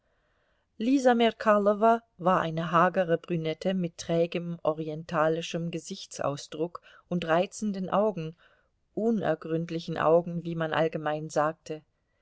lisa merkalowa war eine hagere brünette mit trägem orientalischem gesichtsausdruck und reizenden augen unergründlichen augen wie man allgemein sagte